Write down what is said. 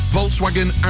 Volkswagen